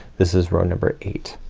this is row number eight.